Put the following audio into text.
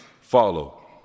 Follow